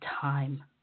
time